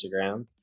Instagram